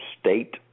state